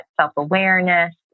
self-awareness